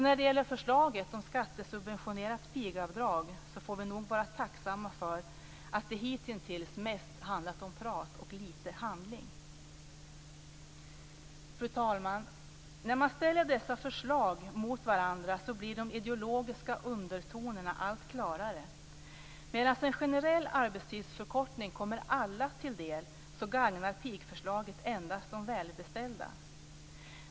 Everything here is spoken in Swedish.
När det gäller förslaget om skattesubventionerat pigavdrag får vi nog vara tacksamma för att det hitintills mest handlat om prat och väldigt lite handling. Fru talman! När man ställer dessa förslag mot varandra blir de ideologiska undertonerna allt klarare. Medan en generell arbetstidsförkortning kommer alla till del gagnar pigförslaget endast de välbeställda.